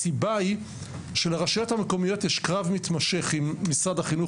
הסיבה היא שלרשויות המקומיות יש קרב מתמשך עם משרד החינוך